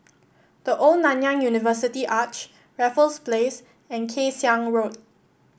The Old Nanyang University Arch Raffles Place and Kay Siang Road